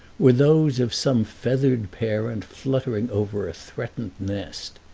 were those of some feathered parent fluttering over a threatened nest.